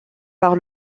par